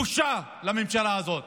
בושה לממשלה הזאת.